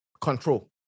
control